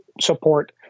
support